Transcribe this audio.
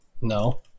No